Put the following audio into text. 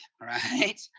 right